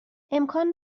امکان